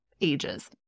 ages